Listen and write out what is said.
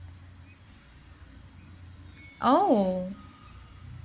oh